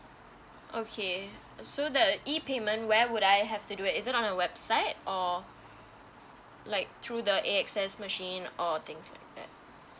okay so that E payment where would I have to do is it on a website or like through the A_X_S machine or things like that